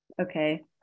okay